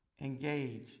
engage